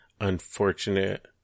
unfortunate